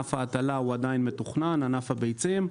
שענף ההטלה עדיין מתוכנן, ענף הביצים.